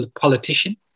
politician